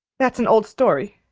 that's an old story,